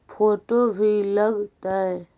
Photo भी लग तै?